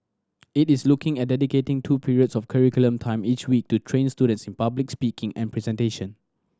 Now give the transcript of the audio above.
it is looking at dedicating two periods of curriculum time each week to train students in public speaking and presentation